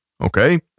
Okay